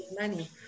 money